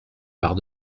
barre